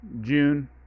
June